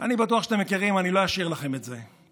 אני בטוח שאתם מכירים, אני לא אשיר לכם את זה.